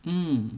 mm